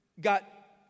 got